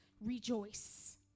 rejoice